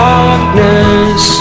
Darkness